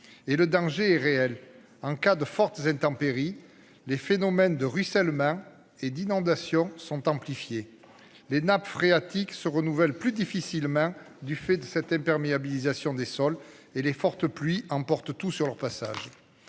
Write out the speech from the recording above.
Et le danger est réel en cas de fortes intempéries. Les phénomènes de ruissellement et d'inondations sont amplifiés. Les nappes phréatiques se renouvelle plus difficilement du fait de cette imperméabilisation des sols et les fortes pluies emportent tout sur leur passage.